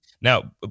now